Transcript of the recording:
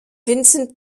vincent